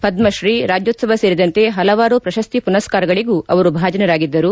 ಪದ್ದತ್ರೀ ರಾಜ್ಯೋತ್ಸವ ಸೇರಿದಂತೆ ಹಲವಾರು ಪ್ರಶಸ್ತಿ ಪುನಸ್ಕಾರಗಳಿಗೂ ಅವರು ಭಾಜನರಾಗಿದ್ದರು